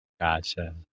Gotcha